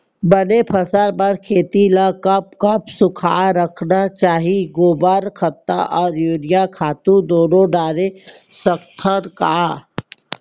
बने फसल बर खेती ल कब कब सूखा रखना चाही, गोबर खत्ता और यूरिया खातू दूनो डारे सकथन का?